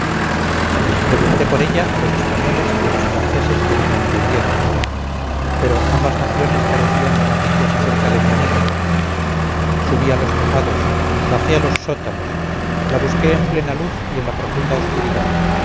pregunté por ella a los españoles y a los franceses que no me entendieron pero ambas naciones carecían de noticias acerca de mi amiga subí a los tejados bajé a los sótanos la busqué en plena luz y en la profunda oscuridad